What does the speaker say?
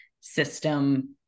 system